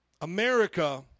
America